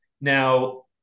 Now